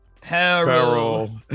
peril